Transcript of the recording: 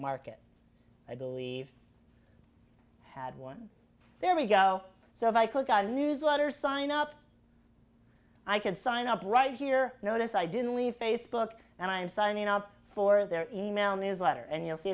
market i believe i had one there we go so if i click on newsletter sign up i can sign up right here notice i didn't leave facebook and i'm signing up for their e mail newsletter and you'll see